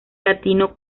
latino